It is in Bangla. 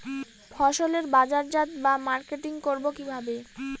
ফসলের বাজারজাত বা মার্কেটিং করব কিভাবে?